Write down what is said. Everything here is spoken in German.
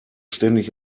ständig